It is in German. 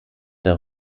der